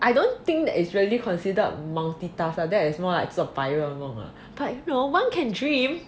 I don't think that it's really considered multitask ah that is more like 做白日梦 but you know one can dream